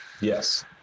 Yes